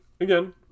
Again